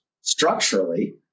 structurally